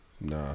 Nah